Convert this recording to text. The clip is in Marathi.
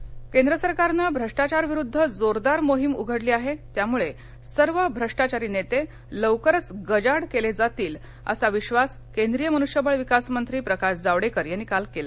जावडेकर केंद्र सरकारनं भ्रष्टाचाराविरुद्ध जोरदार मोहीम उघडली आहे त्यामुळे सर्व भ्रष्टाचारी नेते लवकरच गजाआड गेलेले दिसतील असा विधास केंद्रीय मनुष्यबळ विकास मंत्री प्रकाश जावडेकर यांनी काल केला